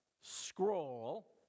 scroll